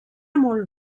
molt